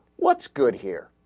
what's good here